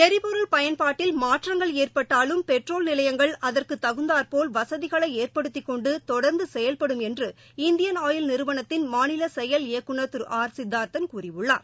எரிபொருள் பயன்பாட்டில் மாற்றங்கள் ஏற்பட்டாலும் பெட்ரோல் நிலையங்கள் அதற்கு தகுந்தாற்போல் வசதிகளை ஏற்படுத்திக் கொண்டு தொடர்ந்து செயல்படும் என்று இந்தியன் ஆயில் நிறுவனத்தின் மாநில செயல் இயக்குநர் திரு ஆர் சித்தார்த்தன் கூறியுள்ளார்